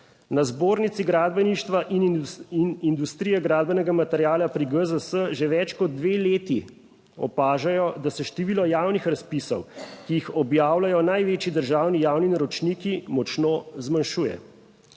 10.10** (nadaljevanje) industrije gradbenega materiala pri GZS že več kot dve leti opažajo, da se število javnih razpisov, ki jih objavljajo največji državni javni naročniki, močno zmanjšuje.